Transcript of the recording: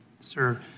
sir